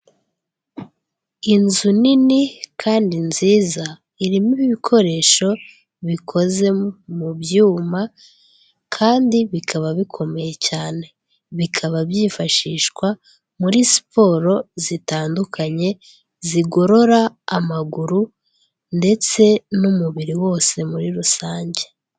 Inzu nini kandi nziza irimo ibikoresho bikoze mu byuma kandi bikaba bikomeye cyane, bikaba byifashishwa muri siporo zitandukanye zigorora amaguru ndetse n'umubiri wose muri rusange.